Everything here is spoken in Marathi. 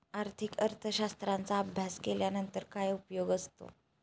आर्थिक अर्थशास्त्राचा अभ्यास केल्यानंतर काय उपयोग असतो?